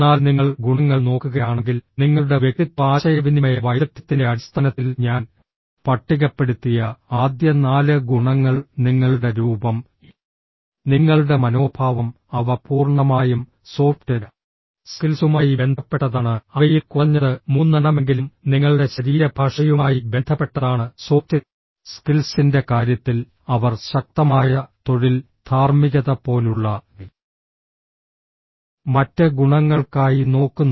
എന്നാൽ നിങ്ങൾ ഗുണങ്ങൾ നോക്കുകയാണെങ്കിൽ നിങ്ങളുടെ വ്യക്തിത്വ ആശയവിനിമയ വൈദഗ്ധ്യത്തിന്റെ അടിസ്ഥാനത്തിൽ ഞാൻ പട്ടികപ്പെടുത്തിയ ആദ്യ നാല് ഗുണങ്ങൾ നിങ്ങളുടെ രൂപം നിങ്ങളുടെ മനോഭാവം അവ പൂർണ്ണമായും സോഫ്റ്റ് സ്കിൽസുമായി ബന്ധപ്പെട്ടതാണ് അവയിൽ കുറഞ്ഞത് മൂന്നെണ്ണമെങ്കിലും നിങ്ങളുടെ ശരീരഭാഷയുമായി ബന്ധപ്പെട്ടതാണ് സോഫ്റ്റ് സ്കിൽസിന്റെ കാര്യത്തിൽ അവർ ശക്തമായ തൊഴിൽ ധാർമ്മികത പോലുള്ള മറ്റ് ഗുണങ്ങൾക്കായി നോക്കുന്നു